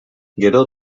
gero